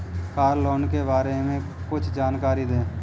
Car loan के बारे में कुछ जानकारी दें?